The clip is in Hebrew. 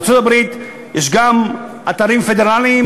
בארצות-הברית יש גם אתרים פדרליים.